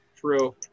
True